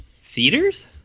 Theaters